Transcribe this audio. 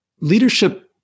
leadership